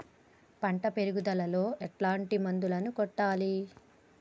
పంట పెరుగుదలలో ఎట్లాంటి మందులను కొట్టాలి?